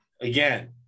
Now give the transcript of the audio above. Again